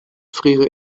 friere